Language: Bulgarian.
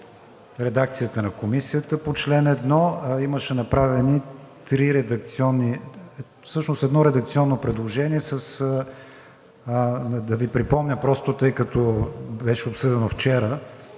редакцията на Комисията по чл. 1, имаше направено едно редакционно предложение.